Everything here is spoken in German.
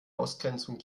ausgrenzung